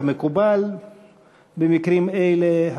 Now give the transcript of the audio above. כמקובל במקרים האלה.